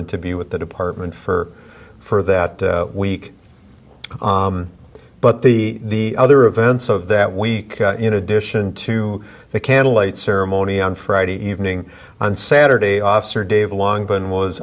and to be with the department for for that week but the other events of that week in addition to the candlelight ceremony on friday evening on saturday officer dave long been was